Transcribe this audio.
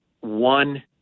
one